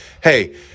Hey